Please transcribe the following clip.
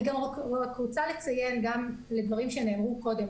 אני רוצה לציין לדברים שנאמרו קודם.